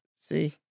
see